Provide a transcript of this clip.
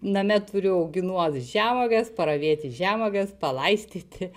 name turiu auginuos žemuoges paravėti žemuoges palaistyti